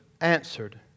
answered